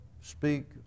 speak